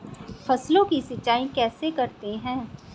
फसलों की सिंचाई कैसे करते हैं?